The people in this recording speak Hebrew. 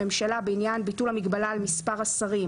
הממשלה בעניין ביטול המגבלה על מספר השרים,